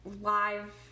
live